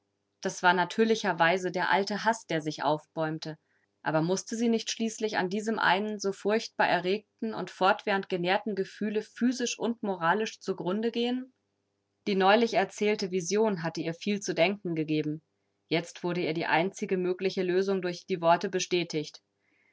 das war natürlicherweise der alte haß der sich aufbäumte aber mußte sie nicht schließlich an diesem einen so furchtbar erregten und fortwährend genährten gefühle physisch und moralisch zu grunde gehen die neulich erzählte vision hatte ihr viel zu denken gegeben jetzt wurde ihr die einzige mögliche lösung durch die worte bestätigt